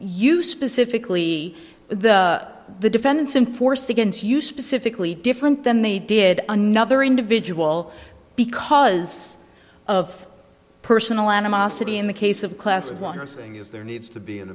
you specifically though the defendants in force against you specifically different than they did another individual because of personal animosity in the case of class one are saying is there needs to be an